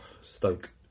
Stoke